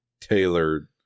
tailored